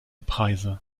preise